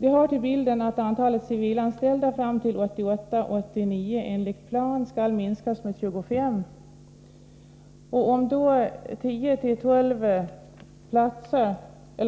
Det hör till bilden att antalet civilanställda fram till 1988-1989 enligt plan skall minskas med 25. Om då 10-12